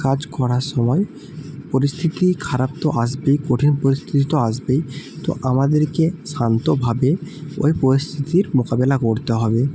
কাজ করার সময় পরিস্থিতি খারাপ তো আসবেই কঠিন পরিস্থিতি তো আসবেই তো আমাদেরকে শান্তভাবে ওই পরিস্থিতির মোকাবেলা করতে হবে